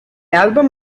album